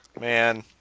man